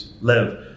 live